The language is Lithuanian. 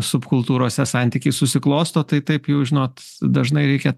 subkultūrose santykiai susiklosto tai taip jau žinot dažnai reikia